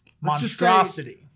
Monstrosity